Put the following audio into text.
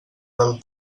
del